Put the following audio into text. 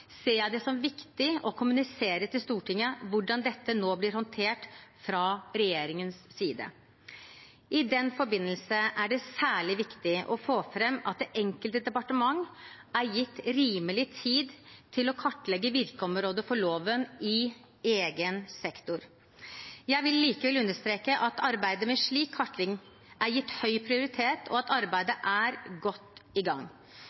ser jeg det som viktig å kommunisere til Stortinget hvordan dette nå blir håndtert fra regjeringens side. I den forbindelse er det særlig viktig å få fram at det enkelte departement er gitt rimelig tid til å kartlegge virkeområdet for loven i egen sektor. Jeg vil likevel understreke at arbeidet med slik kartlegging er gitt høy prioritet, og at arbeidet er godt i gang.